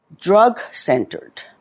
Drug-centered